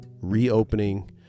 reopening